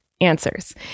answers